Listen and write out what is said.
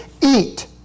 eat